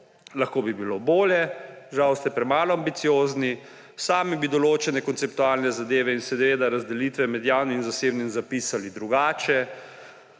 Lahko bi bilo bolje, žal ste premalo ambiciozni. Sami bi določene konceptualne zadeve in razdelitve med javnim in zasebnim zapisali drugače.